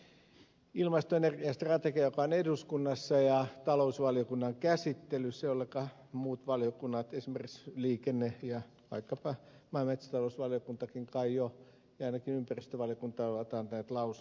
no miten suomen oma ilmasto ja energiastrategia joka on eduskunnassa talousvaliokunnan käsittelyssä jolleka muut valiokunnat esimerkiksi liikenne ja vaikkapa maa ja metsätalousvaliokuntakin kai jo ja ainakin ympäristö valiokunta ovat antaneet lausuntonsa